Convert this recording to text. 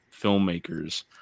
filmmakers